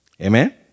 amen